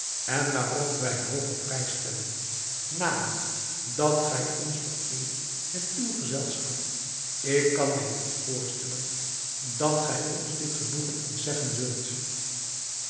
en waarop wij hoogen prijs stellen namelijk dat gij ons vereert met uw gezelschap ik kan mij niet voorstellen dat gij ons dit genoegen ontzeggen zult